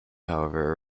however